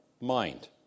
mind